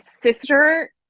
sister